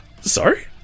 Sorry